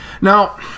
Now